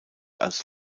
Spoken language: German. als